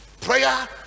prayer